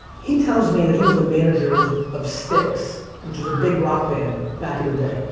he tells me that he was the manager of styx which was a big rock band back in the day,